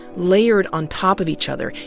layered on top of each other.